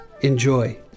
Enjoy